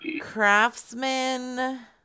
Craftsman